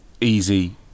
easy